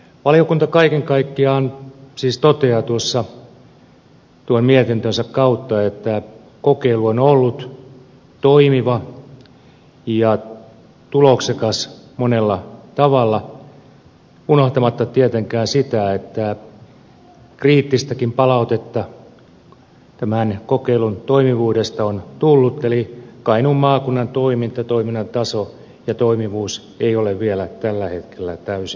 valiokunta kaiken kaikkiaan siis toteaa tuon mietintönsä kautta että kokeilu on ollut toimiva ja tuloksekas monella tavalla unohtamatta tietenkään sitä että kriittistäkin palautetta tämän kokeilun toimivuudesta on tullut eli kainuun maakunnan toiminta toiminnan taso ja toimivuus ei ole vielä tällä hetkellä täysin valmis